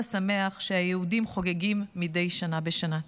השמח שהיהודים חוגגים מדי שנה בשנה.